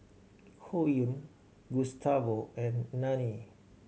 Koen Gustavo and Nanie